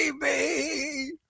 baby